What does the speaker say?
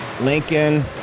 Lincoln